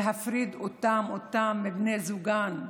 להפריד אותם מבני זוגם,